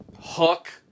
Hook